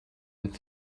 and